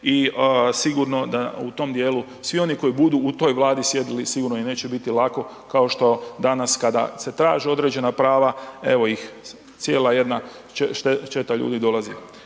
i sigurno da u tom dijelu svi oni koji budu u toj vladi sjedili sigurno im neće biti lako kao što danas kada se traže određena prava evo ih cijela jedna četa ljudi dolazi.